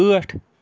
ٲٹھ